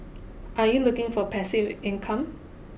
are you looking for passive income